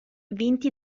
vinti